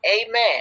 Amen